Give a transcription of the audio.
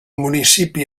municipi